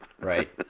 Right